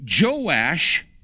Joash